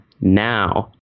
now